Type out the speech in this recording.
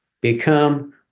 become